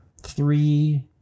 three